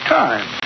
time